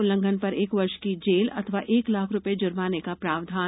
उल्लंघन पर एक वर्ष की जेल अथवा एक लाख रुपए जुर्माने का प्रावधान